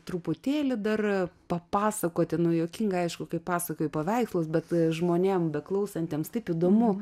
truputėlį dar papasakoti nu juokinga aišku kai pasakoji paveikslus bet žmonėm beklausantiems taip įdomu